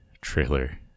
trailer